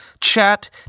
chat